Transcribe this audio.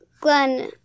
Glenn